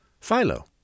Philo